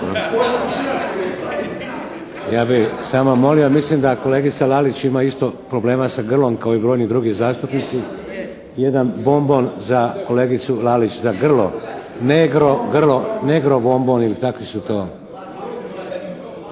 Ja bi samo molio, mislim da kolegica Lalić ima isto problema sa grlom kao i brojni drugi zastupnici. Jedan bombon za kolegicu Lalić za grlo. Negro grlo ili negro